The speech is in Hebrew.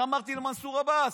איך אמרתי למנסור עבאס?